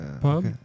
Pub